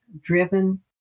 driven